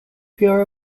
pure